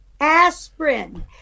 aspirin